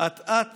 / אט לאט